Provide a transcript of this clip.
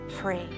free